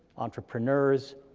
entrepreneurs,